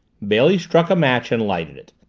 bailey struck a match and lighted it.